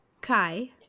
Kai